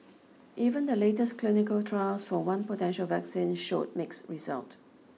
even the latest clinical trials for one potential vaccine showed mix result